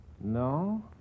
No